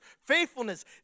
faithfulness